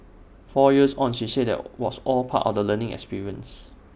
four years on she said that was all part of the learning experience